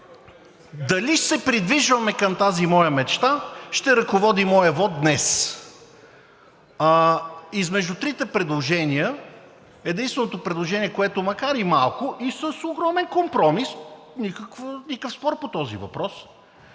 Дали ще се придвижваме към тази моя мечта, ще ръководи моя вот днес. Измежду трите предложения единственото предложение, което макар и малко и с огромен компромис – никакъв спор по този въпрос,